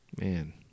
Man